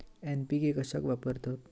NPK कशाक वापरतत?